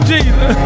Jesus